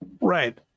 Right